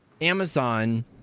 Amazon